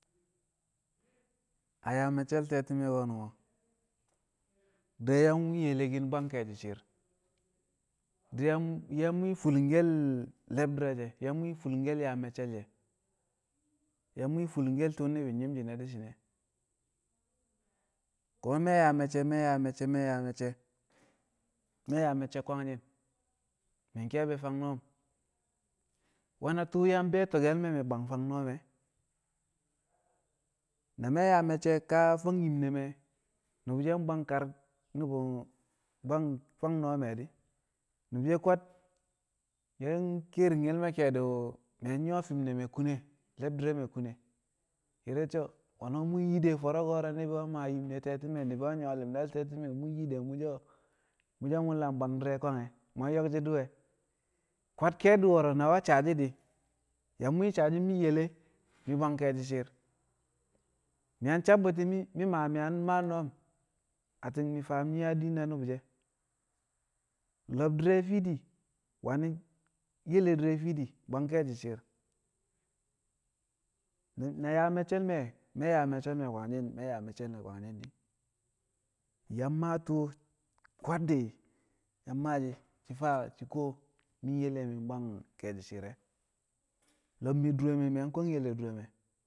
a yaa me̱ccel te̱ti̱me̱ ko̱nu̱n di̱ yang ye̱le̱ki̱n bwang ke̱e̱shi̱ shi̱i̱r di̱ yang mwi̱i̱ fu̱lu̱nke̱l le̱bdi̱r re̱ she̱ di̱ yang mwi̱i̱ fu̱lu̱ngke̱l yaa me̱cce̱l she̱, yang mwi̱i̱ fu̱lu̱ngke̱l tu̱u̱ ni̱bi̱ nyi̱m shi̱ne̱ di̱ shi̱nẹ ko̱ me̱ yaa me̱cce̱ me̱ yaa me̱cce̱ me̱ yaa me̱cce̱ kwangshi̱n mi̱ ke̱e̱bi̱ fang noom we̱na tu̱u̱ yang be̱e̱ti̱ke̱l me̱ mi̱ bwang fang noom e̱ na yaa me̱cce̱ ka fang yim ne̱ me̱ nu̱bu̱ she̱ bwang kar nu̱bu̱ bwang fang noom e̱ di̱ nu̱bu̱ she̱ kwad yang ki̱ye̱ri̱ngke̱l ke̱e̱di̱ o̱ nƴu̱wo̱ fi̱m ne̱ me̱ kune le̱bdi̱r re̱ me̱ kune ye̱r ye̱ so̱ fo̱no̱ mu̱ yi de̱ fo̱ro̱ koro̱ ni̱bi̱ we̱ maa yim ne̱ te̱ti̱me̱ ni̱bi̱ we̱ nyu̱wo̱ li̱mdal te̱ti̱me̱ yi de̱ mu̱ so̱ mu̱ lam bwang di̱re̱ kwange̱ mu̱ yang yo̱k shi̱ di̱ we̱ kwad ke̱e̱di̱ wo̱ro̱ na we̱ saa shi̱ di̱ yang mwi̱i̱ sa shi̱ mi̱ yele mi̱ bwang ke̱e̱shi̱ shi̱i̱r mi̱ yang sabbu̱ti̱ mi̱ ma mi̱ yang maa noom. Atti̱n mi̱ faam nyi̱ yaa diin na nu̱bu̱ she̱ lo̱b di̱re̱ fiidi wani̱ yele di̱re̱ fiidi bwang ke̱e̱shi̱ shi̱i̱r na yaa me̱ccel me̱ na yaa me̱ccel me̱ kwangshi̱n di̱ mi̱ yang maa tu̱u̱ kwad di̱ mi̱ yang maa shi faa shi kuwo mi̱ yele mi̱ bwang ke̱e̱shi̱ shi̱i̱r re̱ lo̱b mi̱ dure me̱ mi̱ yang kwang yele dure me̱.